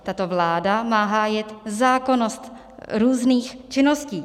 Tato vláda má hájit zákonnost různých činností.